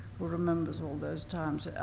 who remembers all those times,